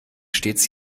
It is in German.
stets